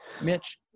Mitch